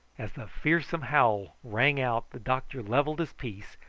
as the fearsome howl rang out the doctor levelled his piece,